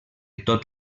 tot